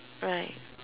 right